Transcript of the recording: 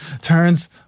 turns